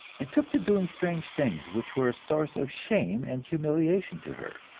and took to doing strange things, which were a source of shame and humiliation to her.